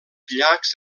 llacs